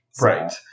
Right